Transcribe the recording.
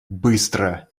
быстро